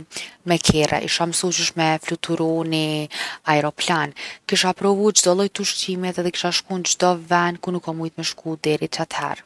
me kerre. Isha msu qysh me fluturu ni ajroplan. Kisha provu çdo lloj t’ushqimit edhe isha shku n’çdo ven ku nuk kom mujt me shku deri qat’her’.